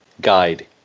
guide